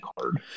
card